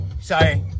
sorry